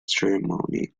ceremony